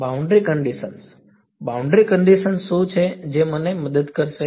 boundary condition boundary condition શું છે જે મને મદદ કરશે